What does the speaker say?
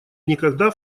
никогда